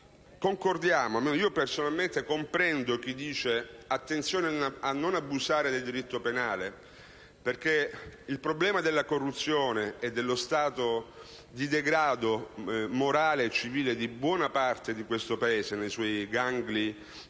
Concordiamo e personalmente comprendo chi dice di fare attenzione a non abusare del diritto penale, perché quello della corruzione e dello stato di degrado morale e civile di buona parte del Paese, nei suoi gangli